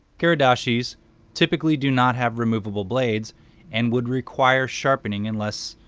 kiridashis typically do not have removable blades and would require sharpening unless